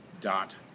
Dot